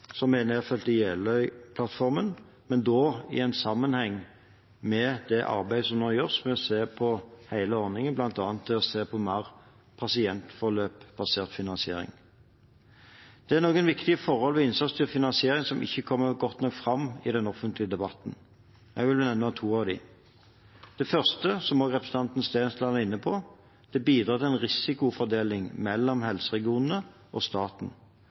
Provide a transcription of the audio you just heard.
har nedfelt i Jeløya-plattformen, men da i en sammenheng med det arbeidet som nå gjøres med å se på hele ordningen, bl.a. ved å se på mer pasientforløpsbasert finansiering. Det er noen viktige forhold ved innsatsstyrt finansiering som ikke kommer godt nok fram i den offentlige debatten. Jeg vil nevne to av dem: For det første, som også representanten Stensland var inne på, bidrar det til en risikofordeling mellom helseregionene og staten.